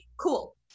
cool